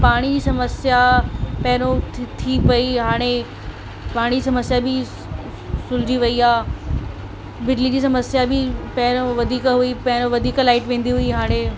पाणी जी समस्या पहिरियूं थी पेई हाणे पाणी समस्या बि सुलिझी वेई आहे बिजली जी समस्या बि पहिरियों वधीक हुई पहिरियों वधीक लाईट वेंदी हुई हाणे